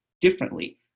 differently